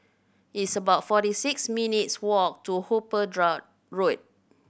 it's about forty six minutes' walk to Hooper Road